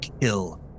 kill